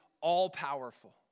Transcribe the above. all-powerful